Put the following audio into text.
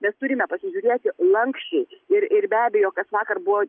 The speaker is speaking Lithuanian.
mes turime pasižiūrėti lanksčiai ir ir be abejo kas vakar buvo